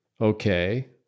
Okay